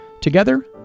Together